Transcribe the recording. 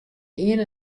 iene